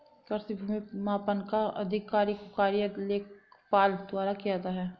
कृषि भूमि मापन का आधिकारिक कार्य लेखपाल द्वारा किया जाता है